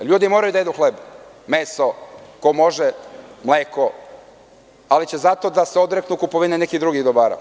Ljudi moraju da jedu hleb, meso, ko može, mleko, ali će zato da se odreknu kupovine nekih drugih dobara.